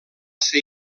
ser